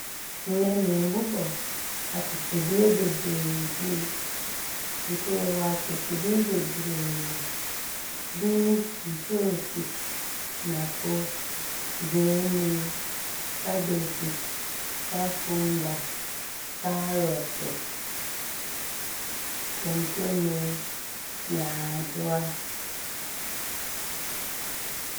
Nnɛ meebobɔ atosodeɛ bebree din nti yɛwɔ atosodeɛ bebree. Bi ne, ntoosi, mako, gyeenee, kabegyi, kakumba, kaarɔto, kontomire, nyaadowa.